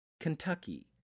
Kentucky